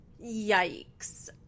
Yikes